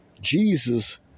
Jesus